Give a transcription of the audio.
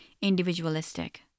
individualistic